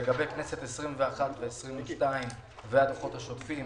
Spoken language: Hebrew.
לגבי כנסות 21 ו-22 והדוחות השוטפים